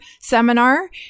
seminar